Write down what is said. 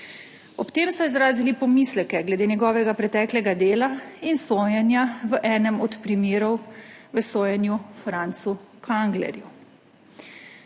Ob tem so izrazili pomisleke glede njegovega preteklega dela in sojenja v enem od primerov v sojenju Francu Kanglerju.